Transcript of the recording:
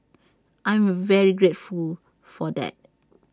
I'm very grateful for that